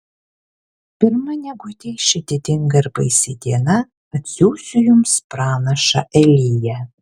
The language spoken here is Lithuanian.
pirma negu ateis ši didinga ir baisi diena atsiųsiu jums pranašą eliją